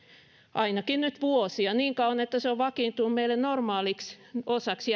ainakin nyt vuosia niin kauan että se on vakiintunut meille normaaliksi osaksi